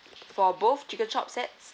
for both chicken chop sets